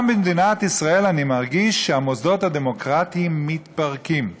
גם במדינת ישראל אני מרגיש שהמוסדות הדמוקרטיים מתפרקים.